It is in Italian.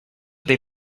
dei